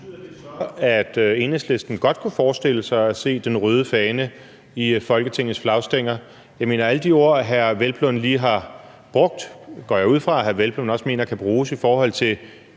(DF): Betyder det så, at Enhedslisten godt kunne forestille sig at se den røde fane i Folketingets flagstænger? Alle de ord, hr. Peder Hvelplund lige har brugt, går jeg også ud fra at hr. Hvelplund mener kan bruges i forhold til